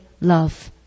love